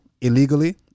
illegally